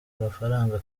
agafaranga